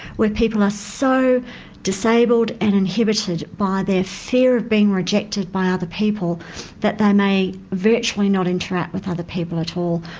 where people are so disabled and inhibited by their fear of being rejected by other people that they may virtually not interact with other people at all,